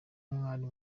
mwari